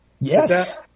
Yes